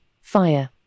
fire